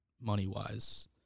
money-wise